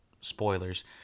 spoilers